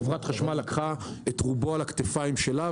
חברת החשמל לקחה את רובו על הכתפיים שלה,